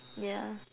yeah